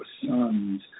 sons